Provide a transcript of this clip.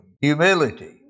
Humility